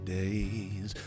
days